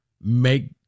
Make